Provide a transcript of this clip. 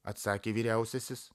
atsakė vyriausiasis